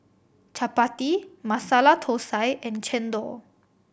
chappati Masala Thosai and chendol